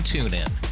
TuneIn